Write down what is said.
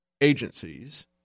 agencies